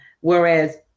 Whereas